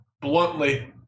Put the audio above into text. Bluntly